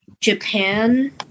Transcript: Japan